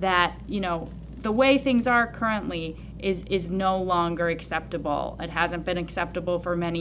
that you know the way things are currently is is no longer acceptable and hasn't been acceptable for many